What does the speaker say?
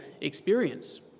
experience